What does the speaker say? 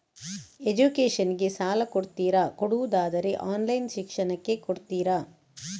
Education ಗೆ ಸಾಲ ಕೊಡ್ತೀರಾ, ಕೊಡುವುದಾದರೆ ಆನ್ಲೈನ್ ಶಿಕ್ಷಣಕ್ಕೆ ಕೊಡ್ತೀರಾ?